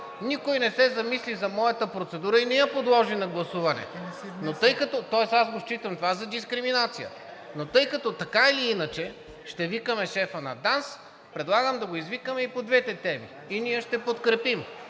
Никой не се замисли за моята процедура и не я подложи на гласуване. Тоест аз го считам това за дискриминация. Но тъй като, така или иначе, ще викаме шефа на ДАНС, предлагам да го извикаме и по двете теми. И ние ще подкрепим.